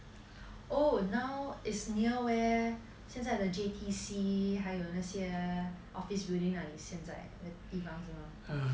oh now is near where 现在的 J_T_C 还有那些 office building 那里现在地方是吗